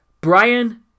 Brian